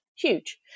huge